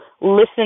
listen